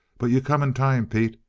but you come in time, pete.